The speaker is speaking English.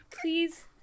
Please